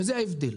וזה ההבדל.